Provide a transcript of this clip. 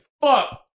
Fuck